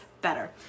better